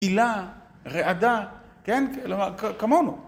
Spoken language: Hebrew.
עילה, רעדה, כן, כמונו.